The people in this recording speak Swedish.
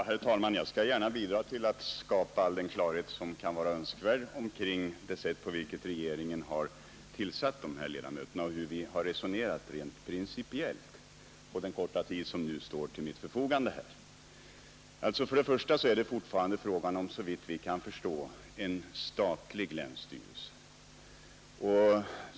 Herr talman! Jag skall gärna, på den korta tid som nu står till mitt förfogande, bidra till att skapa all den klarhet som kan vara önskvärd kring det sätt på vilket regeringen har tillsatt dessa ledamöter och hur vi har resonerat rent principiellt. Det är fortfarande fråga om en statlig länsstyrelse.